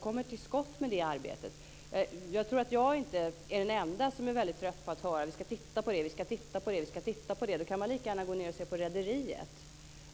Man måste sätta i gång med det arbetet. Jag tror inte att jag är den enda som är väldigt trött på att höra: Vi ska titta på det, vi ska titta på det osv. Då kan man ju lika gärna gå ned och se på Rederiet!